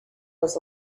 was